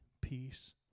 peace